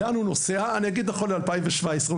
נכון לשנת 2017,